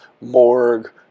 morgue